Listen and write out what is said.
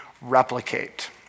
replicate